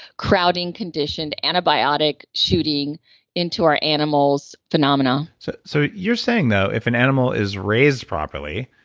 crowding, conditioned antibiotic shooting into our animals phenomena so so you're saying though if an animal is raised properly,